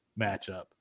matchup